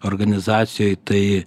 organizacijoj tai